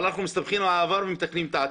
אבל אנחנו מסתמכים על העבר ומתקנים את העתיד,